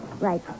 Right